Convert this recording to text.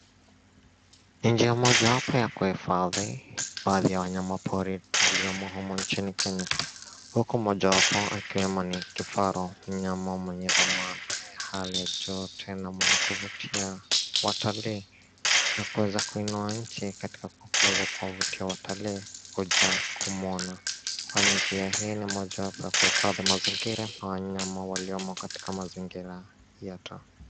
Ni njia mojawapo ya kuhifadhi baadhi ya wanyamapori waliomo humu nchini Kenya huku mojawapo akiwemo ni kifaru, mnyama mwenye dhamana ya hali ya juu tena mwenye kuvutia watalii na kuweza kuinua nchi katika kuweza kuwavutia watalii kuja kumwona kwani njia hii ni mojawapo ya kuhifadhi mazingira na wanyama waliomo katika mazingira yetu.